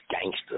gangster